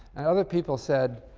and other people said,